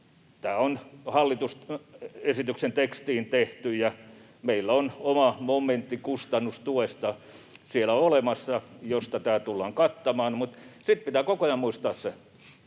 tämä on hallituksen esityksen tekstiin tehty, ja meillä on siellä olemassa oma momentti kustannustuesta, josta tämä tullaan kattamaan. Mutta sitten pitää koko ajan muistaa se,